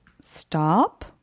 stop